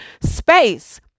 space